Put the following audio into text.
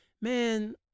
Man